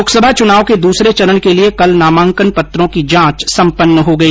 लोकसभा चुनाव के दूसरे चरण के लिए कल नामांकन पत्रों की जांच संपन्न हो गई